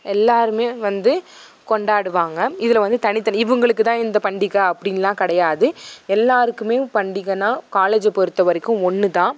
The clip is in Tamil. எல்லாருமே வந்து வந்து கொண்டாடுவாங்க இதில் வந்து தனித்தனியாக இவங்களுக்கு தான் இந்த பண்டிகை அப்படினுலாம் கிடையாது எல்லாருக்குமேவும் பண்டிகைன்னா காலேஜை பொறுத்த வரைக்கும் ஒன்றுதான்